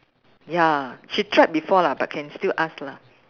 ya she tried before lah but can still ask lah